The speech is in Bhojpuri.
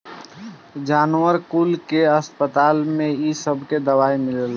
जानवर कुल के अस्पताल में इ सबके दवाई मिलेला